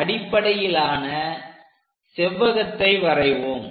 அடிப்படையிலான செவ்வகத்தை வரைவோம்